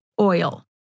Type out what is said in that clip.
oil